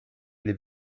les